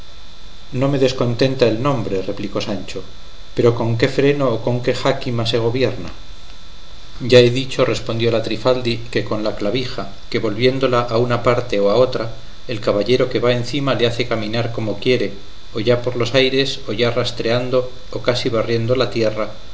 no me descontenta el nombre replicó sancho pero con qué freno o con qué jáquima se gobierna ya he dicho respondió la trifaldi que con la clavija que volviéndola a una parte o a otra el caballero que va encima le hace caminar como quiere o ya por los aires o ya rastreando y casi barriendo la tierra